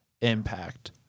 impact